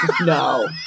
no